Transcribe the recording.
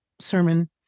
sermon